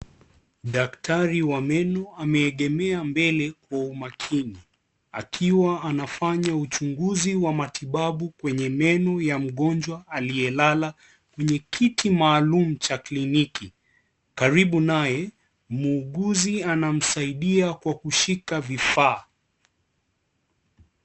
Daktari wa meno ameegemea mbele kwa umakini akiwa anafanya uchunguzi wa matibabu kwenye meno ya mgonjwa aliyelala kwenye kiti maalum cha kliniki, karibu naye muuguzi anamsaidia kwa kushika kifaa.